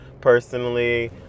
personally